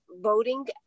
voting